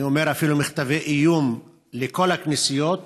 אני אומר אפילו מכתבי איום, לכל הכנסיות,